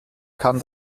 kann